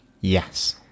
Yes